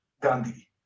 Gandhi